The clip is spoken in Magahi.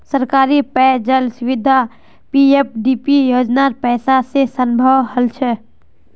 सरकारी पेय जल सुविधा पीएफडीपी योजनार पैसा स संभव हल छ